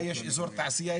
יש אזור תעשייה,